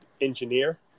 engineer